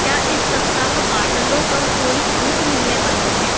क्या इस सप्ताह बॉटलों पर कोई छूट मिलने वाली है